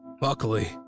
Luckily